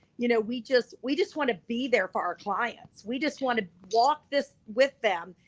you know we just we just wanna be there for our clients. we just wanna walk this with them,